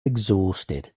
exhausted